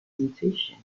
mutation